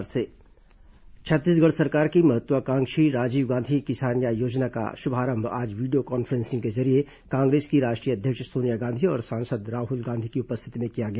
किसान न्याय योजना छत्तीसगढ़ सरकार की महत्वाकांक्षी राजीव गांधी किसान न्याय योजना का शुभारंभ आज वीडियो कॉन्फ्रेसिंग के जरिये कांग्रेस की राष्ट्रीय अध्यक्ष सोनिया गांधी और सांसद राहुल गांधी की उपस्थिति में किया गया